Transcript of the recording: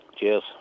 Cheers